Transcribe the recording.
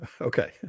Okay